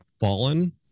fallen